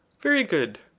very good.